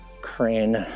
crane